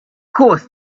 course